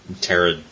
Terra